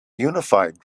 unified